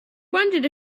wondered